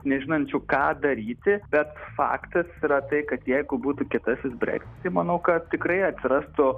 nežinančių ką daryti bet faktas yra tai kad jeigu būtų kietasis breksit tai manau kad tikrai atsirastų